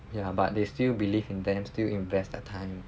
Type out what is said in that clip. ya but they still believe in them still invest their time